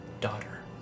daughter